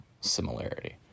similarity